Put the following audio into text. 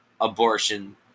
abortion